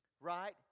right